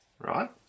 right